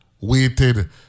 waited